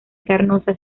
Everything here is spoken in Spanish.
carnosa